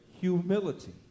humility